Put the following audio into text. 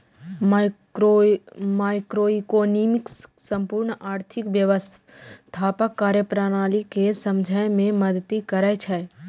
microeconomics संपूर्ण आर्थिक व्यवस्थाक कार्यप्रणाली कें समझै मे मदति करै छै